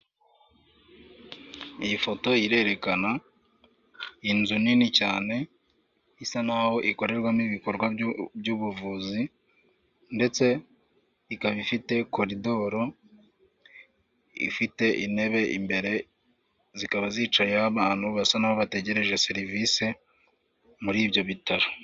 Iyi foto irerekana inzu nini cyane isa naho ikorerwamo ibikorwa by'ubuvuzi ndetse ikaba ifite koridoro, ifite intebe imbere zikaba zicayeho abantu basa nk'aho bategereje serivisi muri ibyo bitaro.